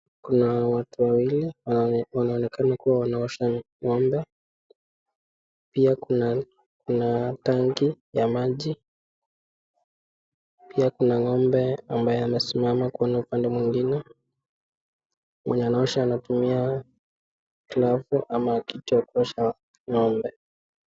Kuna watu wawili wanaonekana kuwa wanaoshà ngo'mbe pia kuna tangi ya maji, pia kuna ngo'mbe ambaye amesimama kwa upande mwingine. Mwenye anaosha anatumia glovu ama kitu ya kuosha ngo'mbe.